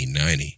1990